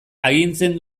agintzen